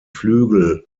flügel